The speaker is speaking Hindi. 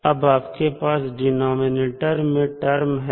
अब आपके पास डिनॉमिनेटर मैं टर्म है